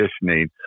conditioning